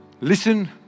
Listen